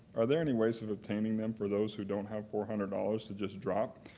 are there any ways of obtaining them for those who don't have four hundred dollars to just drop?